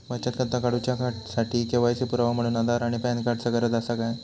बचत खाता काडुच्या साठी के.वाय.सी पुरावो म्हणून आधार आणि पॅन कार्ड चा गरज आसा काय?